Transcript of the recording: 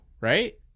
right